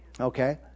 Okay